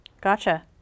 Gotcha